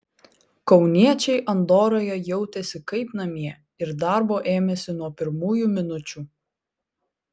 kauniečiai andoroje jautėsi kaip namie ir darbo ėmėsi nuo pirmųjų minučių